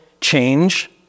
change